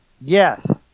yes